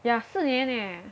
ya 四年 eh